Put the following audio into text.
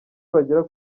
bagera